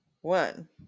One